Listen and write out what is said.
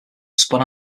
spun